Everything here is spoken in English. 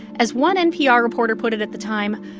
as one npr reporter put it at the time,